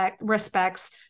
respects